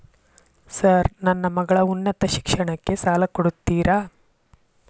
Sir ನನ್ನ ಮಗಳ ಉನ್ನತ ಶಿಕ್ಷಣಕ್ಕೆ ಸಾಲ ಕೊಡುತ್ತೇರಾ?